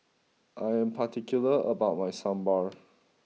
I am particular about my Sambar